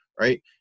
right